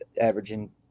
averaging